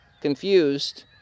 confused